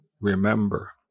remember